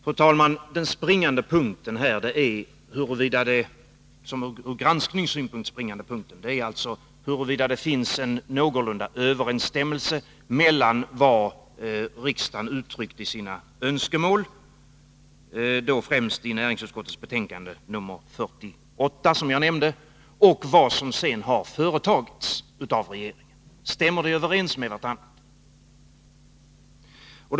Fru talman! Den i granskningshänseende springande punkten är huruvida det finns någorlunda god överensstämmelse mellan vad riksdagen uttryckt i sina önskemål, främst i näringsutskottets betänkande nr 48, som jag nämnde, och vad som därefter har företagits av regeringen. Finns en sådan överensstämmelse?